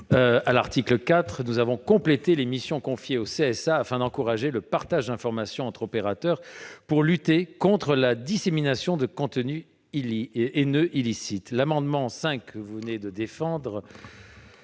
à l'article 4, les missions confiées au CSA, afin d'encourager le partage d'informations entre opérateurs pour lutter contre la dissémination de contenus haineux illicites. L'amendement n° 5 rectifié, que vous venez de défendre,